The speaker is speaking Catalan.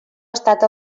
estat